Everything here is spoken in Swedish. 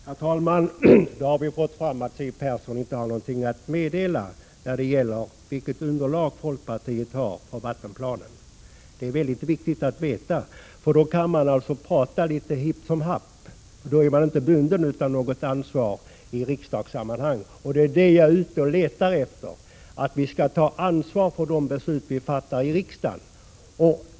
Herr talman! Nu har vi fått höra att Siw Persson inte har någonting att meddela när det gäller vilket underlag folkpartiet har för vattenplanen. Det är väldigt viktigt att veta. Då kan man ju från folkpartiets sida prata hipp som happ, för då är man inte bunden av något ansvar i riksdagssammanhang. Jag hävdar att vi skall ta ansvar för de beslut vi fattar i riksdagen.